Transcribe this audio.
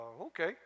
okay